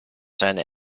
seine